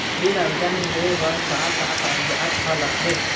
ऋण आवेदन दे बर का का कागजात ह लगथे?